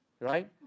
Right